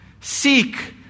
seek